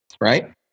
right